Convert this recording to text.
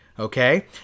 Okay